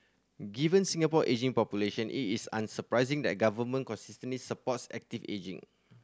given Singapore ageing population it is unsurprising that the government consistently supports active ageing